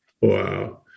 Wow